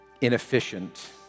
inefficient